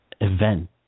event